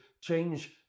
change